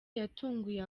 yatunguye